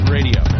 Radio